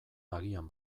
agian